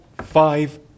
five